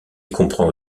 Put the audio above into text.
comprend